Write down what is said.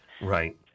right